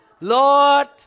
Lord